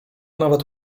nawet